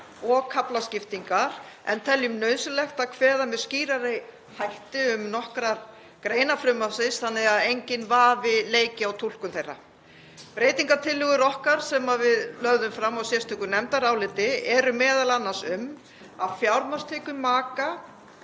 og kaflaskiptingar en teljum nauðsynlegt að kveða með skýrari hætti á um nokkrar greinar frumvarpsins þannig að enginn vafi leiki á túlkun þeirra. Breytingartillögur okkar, sem við lögðum fram í sérstöku nefndaráliti, eru m.a. um að fjármagnstekjur maka